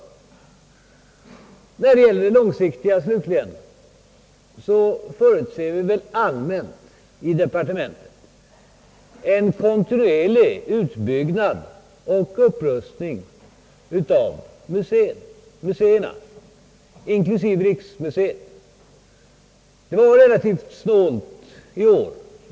När det slutligen gäller den långsiktiga planeringen så förutsätter vi väl allmänt i departementet en kontinuerlig utbyggnad och utrustning av museerna inklusive riksmuseet. Det var relativt snålt i år.